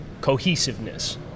cohesiveness